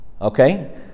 Okay